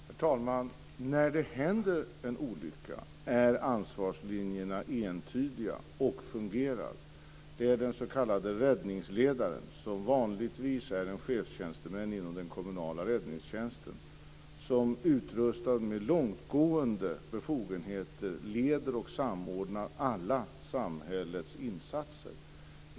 Herr talman! När det händer en olycka är ansvarslinjerna entydiga och fungerar. Det är den s.k. räddningsledaren, som vanligtvis är en chefstjänsteman inom den kommunala räddningstjänsten, som utrustad med långtgående befogenheter leder och samordnar alla samhällets insatser.